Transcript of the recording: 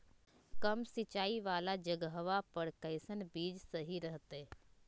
कम सिंचाई वाला जगहवा पर कैसन बीज सही रहते?